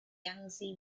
yangtze